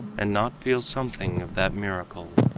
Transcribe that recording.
and not feel something of that miracle,